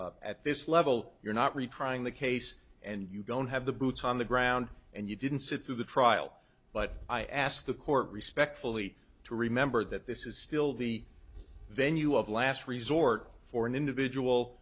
at this level you're not retrying the case and you don't have the boots on the ground and you didn't sit through the trial but i ask the court respectfully to remember that this is still the venue of last resort for an individual